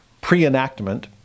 pre-enactment